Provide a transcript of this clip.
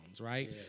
right